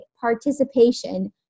participation